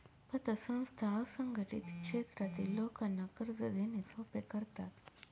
पतसंस्था असंघटित क्षेत्रातील लोकांना कर्ज देणे सोपे करतात